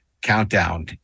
countdown